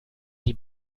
die